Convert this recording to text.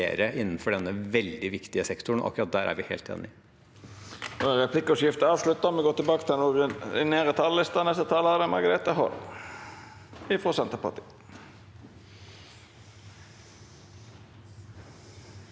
innenfor denne veldig viktige sektoren, akkurat der er vi helt enige.